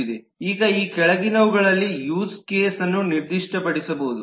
ಈಗ ಈ ಕೆಳಗಿನವುಗಳಲ್ಲಿ ಯೂಸ್ ಕೇಸ್ಅನ್ನು ನಿರ್ದಿಷ್ಟಪಡಿಸಬಹುದು